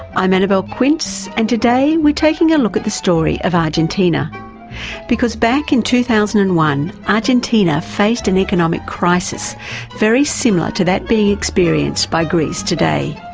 i'm annabelle quince and today we're taking a look at the story of argentina because back in two thousand and one argentina faced an economic crisis very similar to that being experienced by greece today.